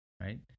right